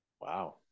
Wow